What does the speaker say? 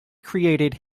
created